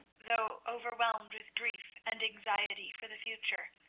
though overwhelmed with grief and anxiety for the future,